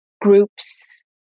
groups